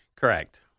Correct